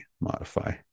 modify